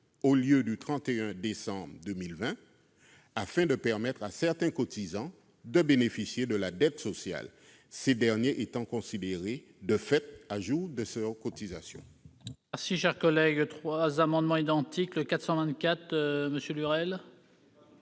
au lieu du 31 décembre 2020, afin de permettre à certains cotisants de bénéficier de la dette sociale, ces derniers étant considérés, de fait, à jour de leurs cotisations.